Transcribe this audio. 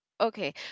Okay